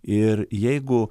ir jeigu